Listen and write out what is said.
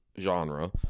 genre